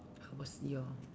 was your